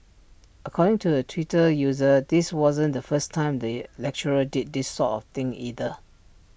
according to A Twitter user this wasn't the first time the lecturer did this sort of thing either